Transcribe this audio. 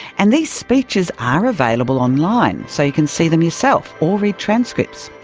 and these speeches are available on line so you can see them yourself, or read transcripts.